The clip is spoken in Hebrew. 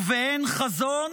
ובאין חזון,